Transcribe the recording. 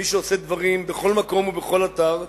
מי שעושה דברים בכל מקום ובכל אתר,